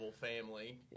family